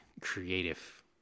creative